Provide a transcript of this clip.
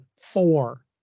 four